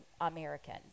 American